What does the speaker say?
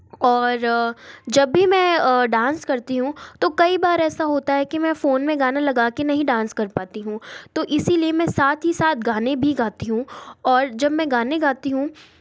और जब भी मैं डांस करती हूँ तो कई बार ऐसा होता है कि मैं फ़ोन में गाना लगा के नहीं डांस कर पाती हूँ तो इसी लिए मैं साथ ही साथ गाने भी गाती हूँ और जब मैं गाने गाती हूँ